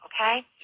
okay